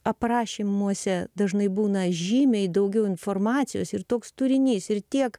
aprašymuose dažnai būna žymiai daugiau informacijos ir toks turinys ir tiek